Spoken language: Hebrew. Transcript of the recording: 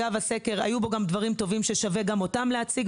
היו בו גם דברים טובים בסקר, שגם אותם שווה להציג.